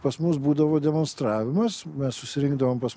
pas mus būdavo demonstravimas mes susirinkdavom pas